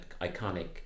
iconic